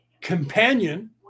companion